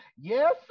Yes